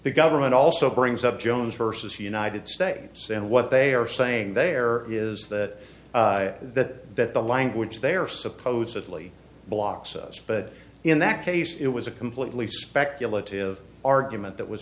the government also brings up jones versus united states and what they are saying there is that that the language they are supposedly block's us but in that case it was a completely speculative argument that was